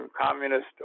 communist